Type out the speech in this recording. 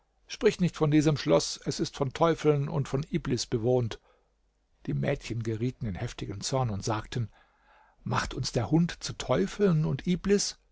sprich nicht von diesem schloß es ist von teufeln und von iblis bewohnt die mädchen gerieten in heftigen zorn und sagten macht uns der hund zu teufeln und iblis